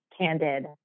candid